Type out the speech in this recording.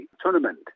tournament